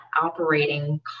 operating